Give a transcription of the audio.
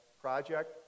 project